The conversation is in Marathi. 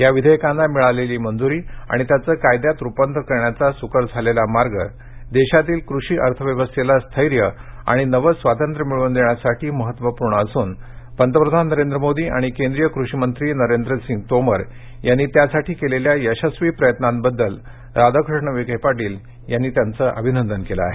या विधेयकांना मिळालेली मंजूरी आणि त्यापे कायद्यात रुपांतर करण्याचा सुकर झालेला मार्ग देशातील कृषी अर्थव्यवस्थेला स्थैर्य आणि नवे स्वातंत्र्य मिळवून देण्यासाठी महत्वपूर्ण असून पंतप्रधान नरेंद्र मोदी आणि केंद्रीय कृषि मंत्री नरेंद्रसिंग तोमर यांनी यासाठी केलेल्या यशस्वी प्रयत्नाबद्दल राधाकृष्ण विखे पाटील यांनी अभिनंदन केले आहे